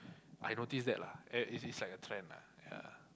I notice that lah and it's it's like a trend lah yea